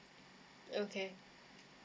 okay